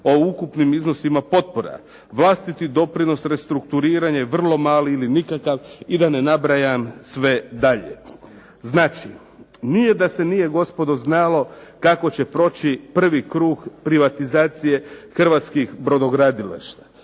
o ukupnim iznosima potpora. Vlastiti doprinos restrukturiranja je vrlo mali ili nikakav i da ne nabrajam sve dalje. Znači, nije da se nije gospodo znalo kako će proći prvi krug privatizacije hrvatskih brodogradilišta.